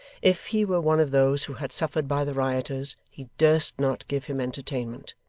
if he were one of those who had suffered by the rioters, he durst not give him entertainment.